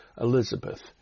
Elizabeth